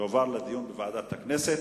תועברנה לוועדת הכנסת,